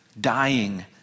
dying